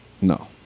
No